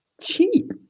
cheap